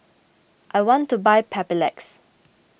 I want to buy Papulex